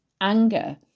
Anger